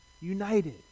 united